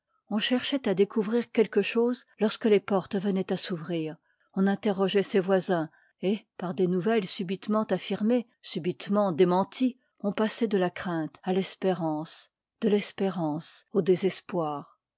on cherchoit à découvrir quelque chose lorsque les portes venoient à s'ouvrir on interrogeoit ses voisins et par des nouvelles subitement affirmées subitement démenties on passoit de la crainte à l'espérance de l'espérance au désespoir